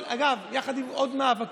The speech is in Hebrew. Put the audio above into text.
אגב, יחד עם עוד מאבקים,